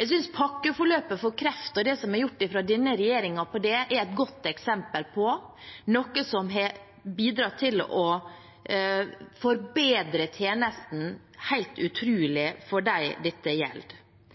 Jeg synes pakkeforløpet for kreft og det som er gjort fra denne regjeringen på det, er et godt eksempel på noe som har bidratt til å forbedre tjenesten helt utrolig